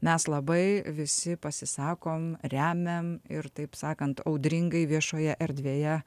mes labai visi pasisakom remiam ir taip sakant audringai viešoje erdvėje